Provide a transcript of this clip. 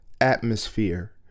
atmosphere